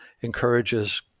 encourages